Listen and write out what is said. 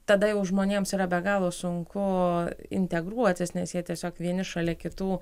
tada jau žmonėms yra be galo sunku integruotis nes jie tiesiog vieni šalia kitų